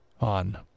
on